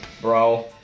Bro